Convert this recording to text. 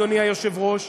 אדוני היושב-ראש,